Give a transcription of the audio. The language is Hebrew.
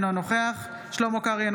אינו נוכח שלמה קרעי,